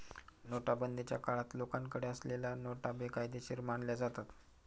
नोटाबंदीच्या काळात लोकांकडे असलेल्या नोटा बेकायदेशीर मानल्या जातात